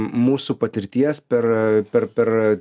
m mūsų patirties per per per